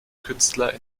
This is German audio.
künstler